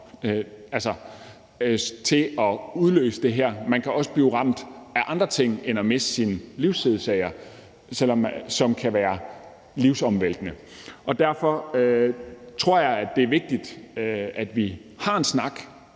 til at udløse det her? Man kan også blive ramt af andre ting end at miste sin livsledsager, som kan være livsomvæltende. Derfor tror jeg, det er vigtigt, at vi har en snak